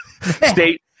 state